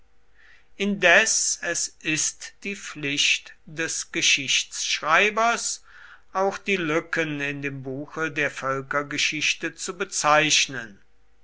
indes es ist die pflicht des geschichtschreibers auch die lücken in dem buche der völkergeschichte zu bezeichnen